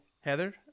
heather